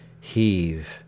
Heave